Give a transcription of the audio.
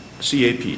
CAP